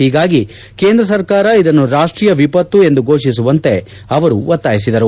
ಹೀಗಾಗಿ ಕೇಂದ್ರ ಸರ್ಕಾರ ಇದನ್ನು ರಾಷ್ಷೀಯ ವಿಪತ್ತು ಎಂದು ಫೋಷಿಸುವಂತೆ ಅವರು ಒತ್ತಾಯಿಸಿದರು